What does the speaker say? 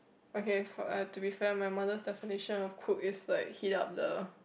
okay f~ uh to be fair my mother's definition of cook is like heat up the